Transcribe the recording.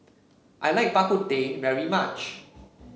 I like Bak Kut Teh very much